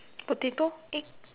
potato egg